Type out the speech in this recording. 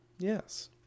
Yes